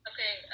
Okay